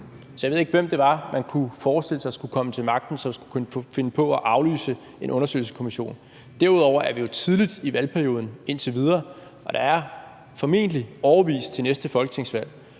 Så jeg ved ikke, hvem det var, man kunne forestille sig skulle komme til magten, som skulle kunne finde på at aflyse en undersøgelseskommission. Derudover er vi jo tidligt i valgperioden indtil videre, og der er formentlig flere år til næste folketingsvalg.